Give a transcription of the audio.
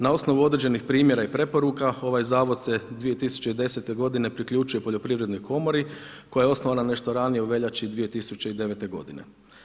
Na osnovu određenih primjera i preporuka ovaj zavod se 2010. godine priključio Poljoprivrednoj komori koja je osnovana nešto ranije u veljači 2009. godine.